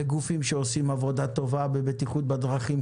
לגופים שעושים עבודה טובה בבטיחות בדרכים,